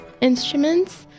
instruments